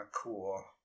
Cool